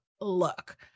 look